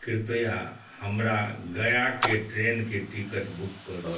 कृपया हमरा गयाके ट्रेनके टिकट बुक करू